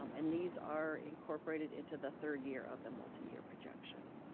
um and these are incorporated into the third year of the multi-year projection.